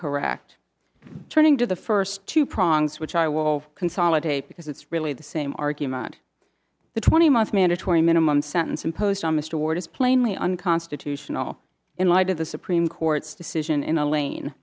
correct turning to the first two prongs which i will consolidate because it's really the same argument the twenty month mandatory minimum sentence imposed on mr ward is plainly unconstitutional in light of the supreme court's decision in a lane